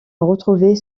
retrouver